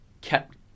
kept